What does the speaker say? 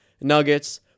Nuggets